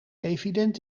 evident